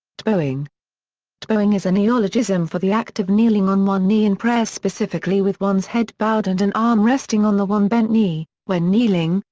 tebowing tebowing is a neologism for the act of kneeling on one knee in prayer specifically with one's head bowed and an arm resting on the one bent knee, when kneeling,